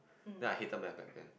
then I hated math then